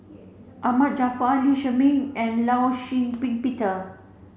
Ahmad Jaafar Lee Shermay and Law Shau Ping Peter